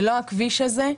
ללא הכביש הזה,